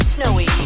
Snowy